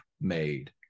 made